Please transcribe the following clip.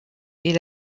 est